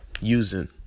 using